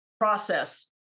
process